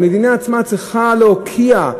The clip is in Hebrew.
המדינה עצמה צריכה להוקיע,